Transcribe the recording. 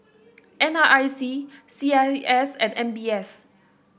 N R I C C I S and M B S